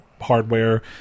hardware